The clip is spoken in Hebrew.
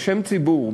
בשם ציבור,